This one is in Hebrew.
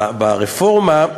ברפורמה,